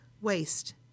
waste